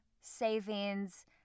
savings